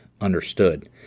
understood